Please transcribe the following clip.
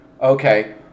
Okay